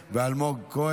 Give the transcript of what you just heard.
פרידמן,